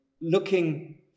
looking